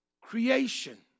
creation